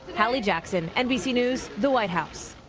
hallie jackson, nbc news, the white house.